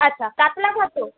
আচ্ছা কাতলা কতো